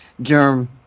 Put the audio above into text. germ